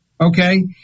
okay